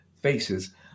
faces